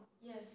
Yes